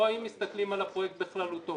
או האם מסתכלים על הפרויקט בכללותו.